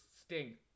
sting